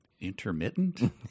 Intermittent